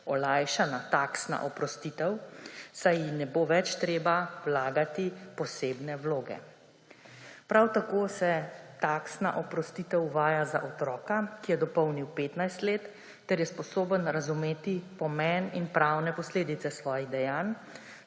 olajšana taksna oprostitev, saj ji ne bo več treba vlagati posebne vloge. Prav tako se taksna oprostitev uvaja za otroka, ki je dopolnil 15 let ter je sposoben razumeti pomen in pravne posledice svojih dejanj,